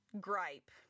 gripe